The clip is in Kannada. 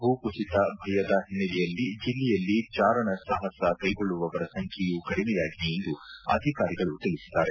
ಭೂಕುಸಿತ ಭಯದ ಹಿನ್ನೆಲೆಯಲ್ಲಿ ಜಿಲ್ಲೆಯಲ್ಲಿ ಚಾರಣ ಸಾಹಸ ಕೈಗೊಳ್ಳುವವರ ಸಂಖ್ಯೆಯು ಕಡಿಮೆಯಾಗಿದೆ ಎಂದು ಅಧಿಕಾರಿಗಳು ತಿಳಿಸಿದ್ದಾರೆ